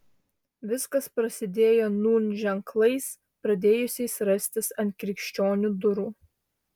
viskas prasidėjo nūn ženklais pradėjusiais rastis ant krikščionių durų